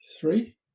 Three